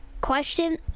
question